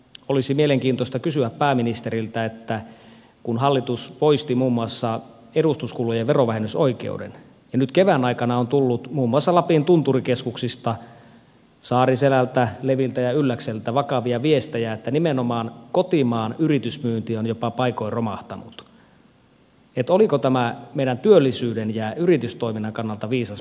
olisi mielenkiintoista kysyä pääministeriltä että kun hallitus poisti muun muassa edustuskulujen verovähennysoikeuden ja nyt kevään aikana on tullut muun muassa lapin tunturikeskuksista saariselältä leviltä ja ylläkseltä vakavia viestejä että nimenomaan kotimaan yritysmyynti on jopa paikoin romahtanut niin oliko tämä meidän työllisyyden ja yritystoiminnan kannalta viisas päätös viime kädessä